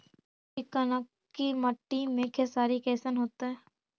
चिकनकी मट्टी मे खेसारी कैसन होतै?